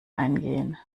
eingehen